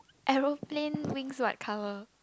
aeroplane wings white colour